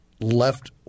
left